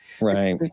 Right